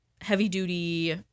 heavy-duty